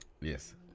Yes